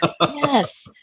yes